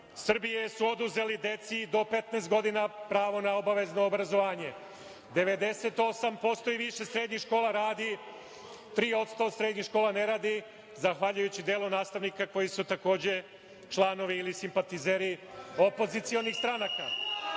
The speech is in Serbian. Srbije. Oduzeli su deci i do 15 godina pravo na obavezno obrazovanje. Dakle, 98% i više srednjih škola radi, 3% škola ne radi zahvaljujući delu nastavnika koji su takođe članovi ili simpatizeri opozicionih stranaka.I